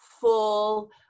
full